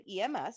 EMS